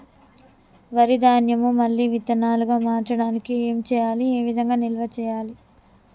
వరి ధాన్యము మళ్ళీ విత్తనాలు గా మార్చడానికి ఏం చేయాలి ఏ విధంగా నిల్వ చేయాలి?